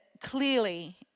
clearly